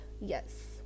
yes